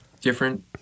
different